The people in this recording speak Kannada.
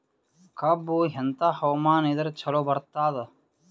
ಕಬ್ಬು ಎಂಥಾ ಹವಾಮಾನ ಇದರ ಚಲೋ ಬರತ್ತಾದ?